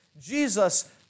Jesus